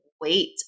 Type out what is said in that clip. wait